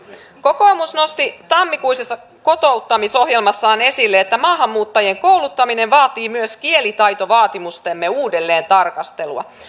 kokoomus nosti tammikuisessa kotouttamisohjelmassaan esille että maahanmuuttajien kouluttaminen vaatii myös kielitaitovaatimustemme uudelleentarkastelua